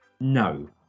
No